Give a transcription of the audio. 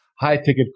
high-ticket